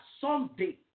someday